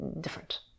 different